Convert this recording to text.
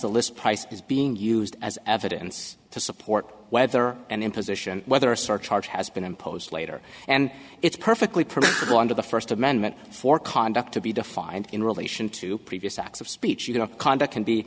the list price is being used as evidence to support whether an imposition whether a surcharge has been imposed later and it's perfectly pretty under the first amendment for conduct to be defined in relation to previous acts of speech you know conduct can be